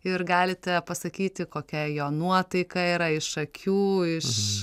ir galite pasakyti kokia jo nuotaika yra iš akių iš